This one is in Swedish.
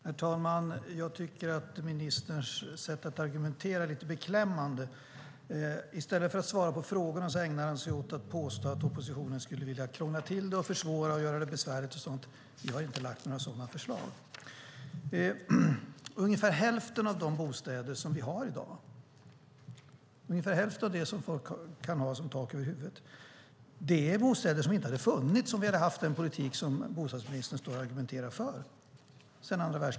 Herr talman! Jag tycker att ministerns sätt att argumentera är lite beklämmande. I stället för att svara på frågorna ägnar han sig åt att påstå att oppositionen skulle vilja krångla till det och göra det besvärligt. Vi har inte lagt fram några sådana förslag. Ungefär hälften av de bostäder som vi har i dag - ungefär hälften av det som folk kan ha som tak över huvudet - är bostäder som inte hade funnits om vi hade haft den politik som bostadsministern argumenterar för.